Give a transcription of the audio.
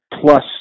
plus